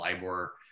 LIBOR